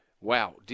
wow